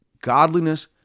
godliness